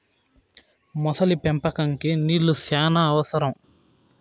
మొసలి పెంపకంకి నీళ్లు శ్యానా అవసరం